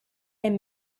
and